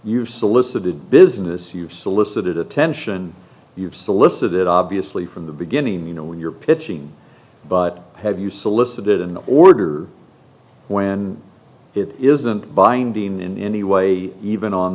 you solicited business you've solicited attention you've solicited obviously from the beginning you know when you're pitching but have you solicited an order when it isn't binding in any way even on